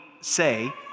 say